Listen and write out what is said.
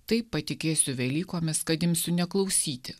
taip patikėsiu velykomis kad imsiu neklausyti